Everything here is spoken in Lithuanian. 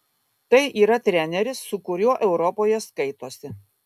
tai yra treneris su kuriuo europoje skaitosi